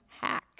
hack